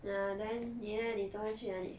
ya then 你 leh 你昨天去哪里